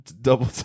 double